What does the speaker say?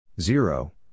Zero